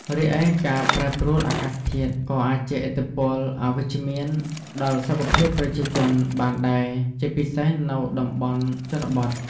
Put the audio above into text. រីឯ ការប្រែប្រួលអាកាសធាតុ ក៏អាចជះឥទ្ធិពលអវិជ្ជមានដល់សុខភាពប្រជាជនបានដែរ ជាពិសេសនៅតំបន់ជនបទ។